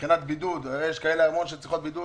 לגבי בידוד הרי יש כאלה שאומרות שהן צריכות בידוד,